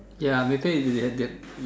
ya later if they have